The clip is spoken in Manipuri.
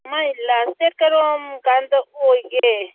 ꯃꯥꯏ ꯂꯥꯁ ꯗꯦꯠ ꯀꯔꯝꯀꯥꯟꯗ ꯑꯣꯏꯒꯦ